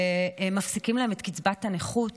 שמפסיקים להם את קצבת הנכות.